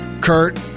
Kurt